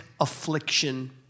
affliction